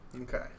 Okay